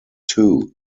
too